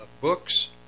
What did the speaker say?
books